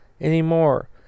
anymore